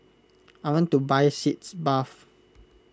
I want to buy Sitz Bath